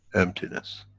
emptiness.